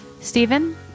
Stephen